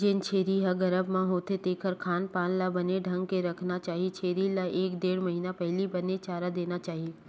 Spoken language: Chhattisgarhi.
जेन छेरी ह गरभ म होथे तेखर खान पान ल बने ढंग ले रखना चाही छेरी ल एक ढ़ेड़ महिना पहिली बने चारा देना चाही